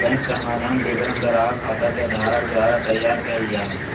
bank समाधान विवरण ग्राहक खाता के धारक द्वारा तैयार कइल जा हइ